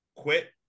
Quit